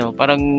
parang